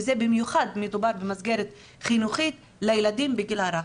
במיוחד שמדובר במסגרת חינוכית לילדים בגיל הרך.